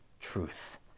truth